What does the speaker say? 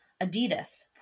Adidas